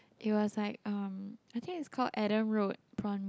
it was like um I think it's called Adam Road Prawn Mee